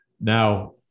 Now –